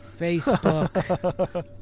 facebook